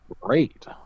great